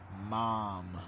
mom